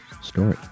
story